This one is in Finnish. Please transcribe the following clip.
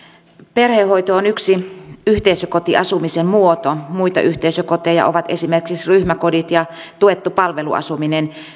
perhehoito on yksi yhteisökotiasumisen muoto muita yhteisökoteja ovat esimerkiksi ryhmäkodit ja tuettu palveluasuminen